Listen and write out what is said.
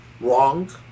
wrong